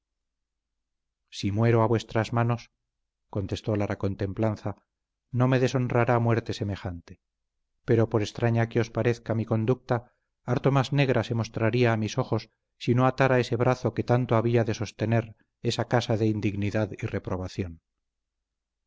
si muero a vuestras manos contestó lara con templanza no me deshonrará muerte semejante pero por extraña que os parezca mi conducta harto más negra se mostraría a mis ojos si no atara ese brazo que tanto había de sostener esa casa de indignidad y reprobación